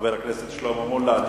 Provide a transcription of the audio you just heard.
חבר הכנסת שלמה מולה.